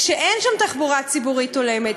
כשאין שם תחבורה ציבורית הולמת,